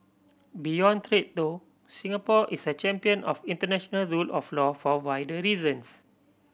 beyond trade though Singapore is a champion of international rule of law for wider reasons